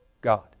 God